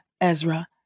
Ezra